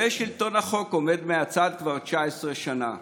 ושלטון החוק עומד מהצד כבר 19 שנה,